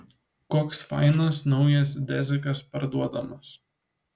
koks fainas naujas dezikas parduodamas